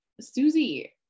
Susie